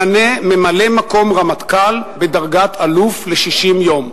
ממנה ממלא-מקום רמטכ"ל בדרגת אלוף ל-60 יום.